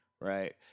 right